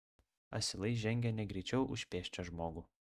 asilai žengė negreičiau už pėsčią žmogų